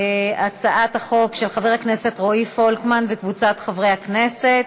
הצעת חוק של חבר הכנסת רועי פולקמן וקבוצת חברי הכנסת.